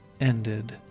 ended